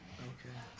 okay,